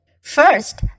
First